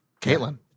Caitlin